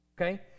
Okay